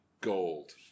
gold